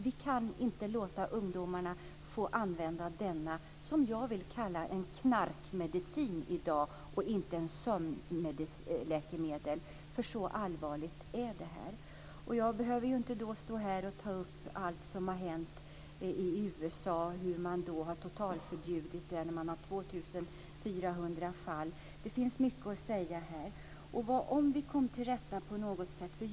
Vi kan inte låta ungdomarna använda denna, som jag vill kalla det, knarkmedicin. Det är inte ett sömnläkemedel. Så allvarligt är det. Jag behöver inte här ta upp allt som har hänt i USA och hur man har totalförbjudit läkemedlet. Man har 2 400 fall. Det finns mycket att säga. Jag hoppas att vi kommer till rätta med det på något sätt.